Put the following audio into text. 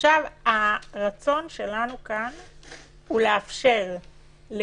אנחנו נבחן את זה.